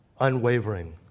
unwavering